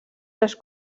les